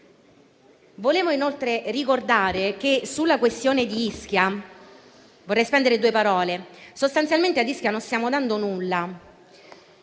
accolto all'articolo 3. Sulla questione di Ischia vorrei spendere due parole: sostanzialmente ad Ischia non stiamo dando nulla,